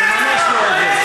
זה ממש לא עובד.